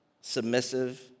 submissive